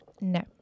No